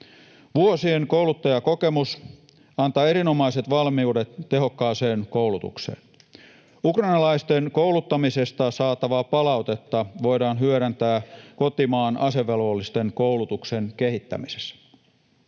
Vuosien kouluttajakokemus antaa erinomaiset valmiudet tehokkaaseen koulutukseen. Ukrainalaisten kouluttamisesta saatavaa palautetta voidaan hyödyntää kotimaan asevelvollisten koulutuksen kehittämisessä.